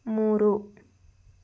ಮೂರು